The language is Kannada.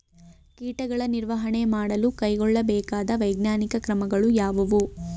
ಕೀಟಗಳ ನಿರ್ವಹಣೆ ಮಾಡಲು ಕೈಗೊಳ್ಳಬೇಕಾದ ವೈಜ್ಞಾನಿಕ ಕ್ರಮಗಳು ಯಾವುವು?